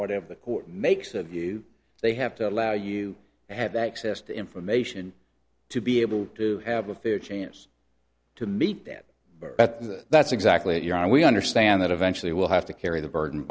whatever the court makes of you they have to allow you to have access to information to be able to have a fair chance to meet that that's exactly what you're and we understand that eventually we'll have to carry the burden